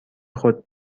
خود